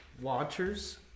watchers